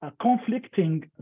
conflicting